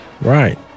Right